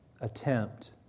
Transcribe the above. attempt